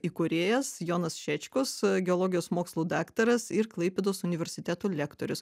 įkūrėjas jonas šečkus geologijos mokslų daktaras ir klaipėdos universiteto lektorius